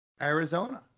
Arizona